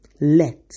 Let